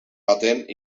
atent